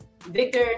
victor